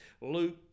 Luke